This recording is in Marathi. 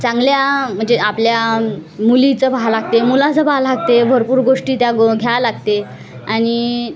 चांगल्या म्हणजे आपल्या मुलीचं पाहावे लागते मुलाचं पाहावे लागते भरपूर गोष्टी त्या गो घ्या लागते आणि